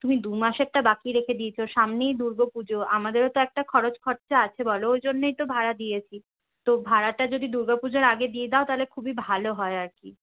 তুমি দু মাসেরটা বাকি রেখে দিয়েছ সামনেই দূর্গা পুজো আমাদেরও একটা খরচ খরচা আছে বলো ওই জন্যেই তো ভাড়া দিয়েছি তো ভাড়াটা যদি দূর্গা পুজোর আগে দিয়ে দাও তাহলে খুবই ভালো হয় আর কি